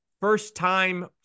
first-time